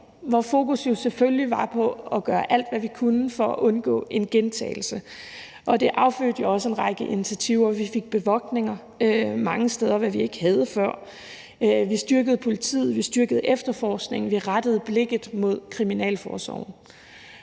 hvor fokus jo selvfølgelig var på at gøre alt, hvad vi kunne, for at undgå en gentagelse. Og det affødte jo også en række initiativer. Vi fik bevogtning mange steder, hvad vi ikke havde før; vi styrkede politiet; vi styrkede efterforskningen; vi rettede blikket mod kriminalforsorgen.